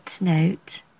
note